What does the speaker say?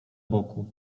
boku